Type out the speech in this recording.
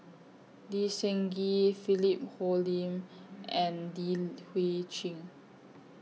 Lee Seng Gee Philip Hoalim and Li Hui Cheng